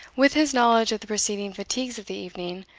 with his knowledge of the preceding fatigues of the evening,